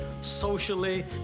socially